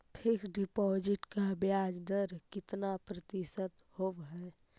Fix deposit का ब्याज दर कितना प्रतिशत होब है?